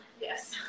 yes